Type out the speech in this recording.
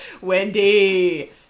Wendy